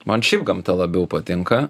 man šiaip gamta labiau patinka